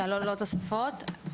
שאתן פה.